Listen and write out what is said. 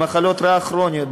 במחלות ריאה כרוניות,